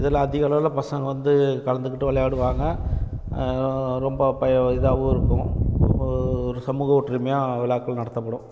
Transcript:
இதில் அதிகளவில் பசங்க வந்து கலந்துக்கிட்டு விளையாடுவாங்க ரொம்ப ப இதாகவும் இருக்கும் ஒரு சமூக ஒற்றுமையாக விழாக்கள் நடத்தப்படும்